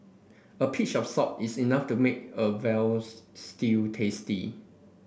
a pinch of salt is enough to make a veal stew tasty